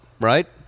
right